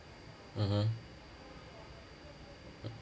mmhmm